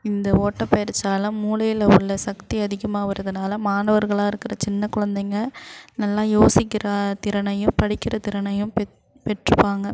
இந்த ஓட்டப்பயிற்சியால் மூளையில் உள்ள சக்தி அதிகமாக வர்றதனால் மாணவர்களாக இருக்கிற சின்ன குழந்தைங்க நல்லா யோசிக்கின்ற திறனையும் படிக்கின்ற திறனையும் பெற் பெற்றுப்பாங்க